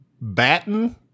Batten